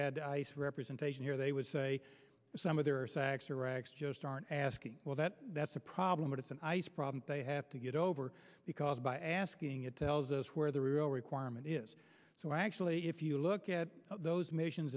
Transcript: had ice representation here they would say some of their just aren't asking well that that's a problem but it's an ice problem they have to get over because by asking it tells us where the real requirement is so actually if you look at those missions